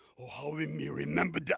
oh how will me remember that?